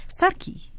sarki